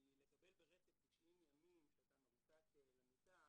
כי לקבל ברצף 90 ימים שאתה מרותק למיטה